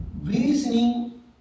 reasoning